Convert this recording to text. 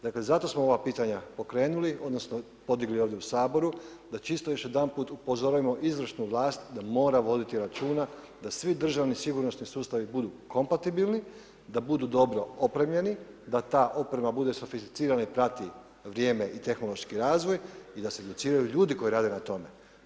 Dakle, zato smo ova pitanja pokrenuli odnosno podigli ovdje u Saboru da čisto još jedanput upozorimo izvršnu vlast da mora voditi računa da svi državni sigurnosni sustavi budu kompatibilni, da budu dobro opremljeni, da ta oprema bude sofisticirana i prati vrijeme i tehnološki razvoj i da se educiraju ljudi koji rade na tome.